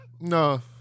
No